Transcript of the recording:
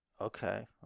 Okay